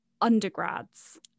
undergrads